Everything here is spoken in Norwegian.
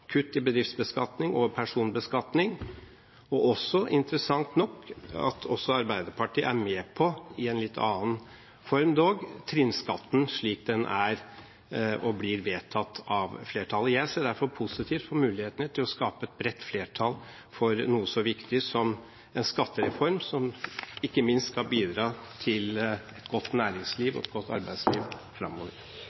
kutt i bedriftsbeskatning og personbeskatning. Vi ser interessant nok at også Arbeiderpartiet er med på – i en litt annen form dog – trinnskatten, slik den er og blir vedtatt av flertallet. Jeg ser derfor positivt på mulighetene for å skape et bredt flertall for noe så viktig som en skattereform som ikke minst skal bidra til et godt næringsliv og et godt arbeidsliv framover.